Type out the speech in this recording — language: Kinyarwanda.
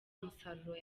umusaruro